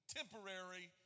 temporary